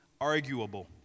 arguable